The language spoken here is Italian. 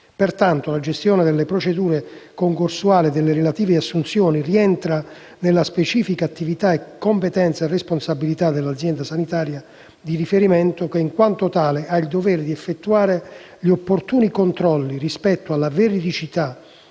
Pertanto, la gestione delle procedure concorsuali e delle relative assunzioni rientra nella specifica attività, competenza e responsabilità dell'azienda sanitaria di riferimento che, in quanto tale, ha il dovere di effettuare gli opportuni controlli rispetto alla veridicità